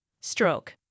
Stroke